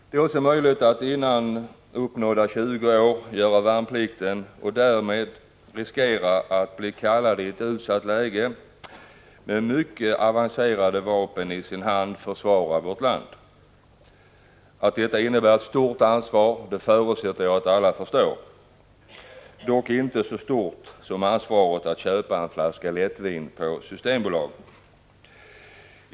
Det är också möjligt att före uppnådda 20 år göra värnplikten och därmed riskera att i ett utsatt läge bli kallad att med mycket avancerade vapen i sin hand försvara sitt land. Att detta innebär ett stort ansvar förutsätter jag att alla förstår — dock inte så stort som ansvaret att köpa en flaska lättvin på Systembolaget.